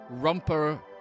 Rumper